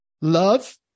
Love